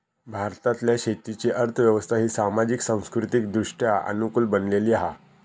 भारतातल्या शेतीची अर्थ व्यवस्था ही सामाजिक, सांस्कृतिकदृष्ट्या अनुकूल बनलेली हा